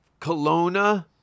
Kelowna